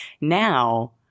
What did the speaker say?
now